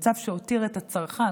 מצב שהותיר את הצרכן,